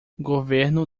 governo